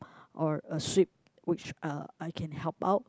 or a sweep which uh I can help out